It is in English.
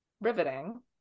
riveting